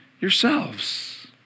yourselves